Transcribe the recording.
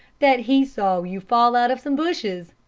that he saw you fall out of some bushes.